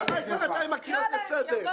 די כבר עם הקריאות לסדר.